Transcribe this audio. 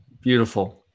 beautiful